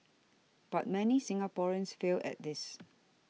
but many Singaporeans fail at this